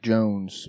Jones